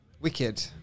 Wicked